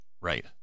Right